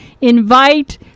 invite